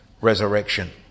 resurrection